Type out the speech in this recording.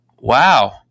wow